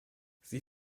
sie